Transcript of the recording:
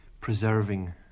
preserving